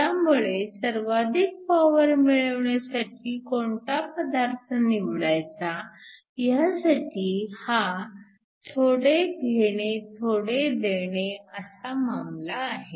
त्यामुळे सर्वाधिक पॉवर मिळविण्यासाठी कोणता पदार्थ निवडायचा ह्यासाठी हा 'थोडे घेणे थोडे देणे' असा मामला आहे